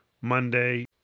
Monday